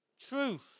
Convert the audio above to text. truth